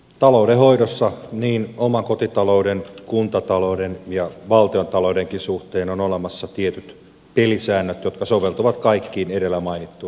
taloudenhoidossa niin oman kotitalouden kuntatalouden kuin valtiontaloudenkin suhteen on olemassa tietyt pelisäännöt jotka soveltuvat kaikkiin edellä mainittuihin yhtä hyvin